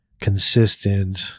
consistent